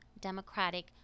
Democratic